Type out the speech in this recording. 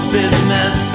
business